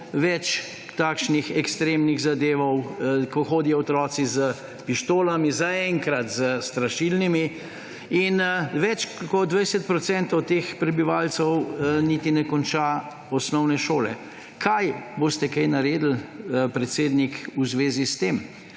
več takšnih ekstremnih zadev, ko hodijo otroci s pištolami, zaenkrat s strašilnimi, in več kot 20 % teh prebivalcev niti ne konča osnovne šole. Kaj boste naredili, predsednik, v zvezi s tem?